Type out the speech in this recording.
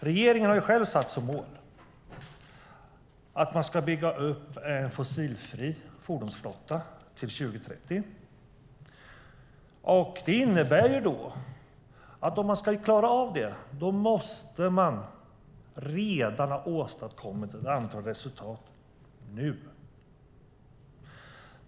Regeringen har själv satt som mål att man ska bygga upp en fossilfri fordonsflotta till 2030. Om man ska klara av det måste man ha åstadkommit ett antal resultat redan nu.